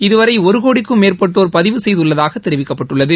இதுவரை ஒரு கோடிக்கும் மேற்பட்டோர் பதிவு செய்துள்ளதாகத் தெரிவிக்கப்பட்டுள்ளது